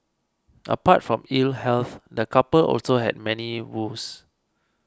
apart from ill health the couple also had money woes